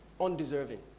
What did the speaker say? undeserving